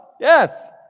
Yes